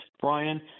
Brian